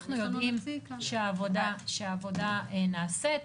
אנחנו יודעים שהעבודה נעשית,